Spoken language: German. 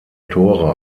tore